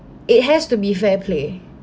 it has to be fair play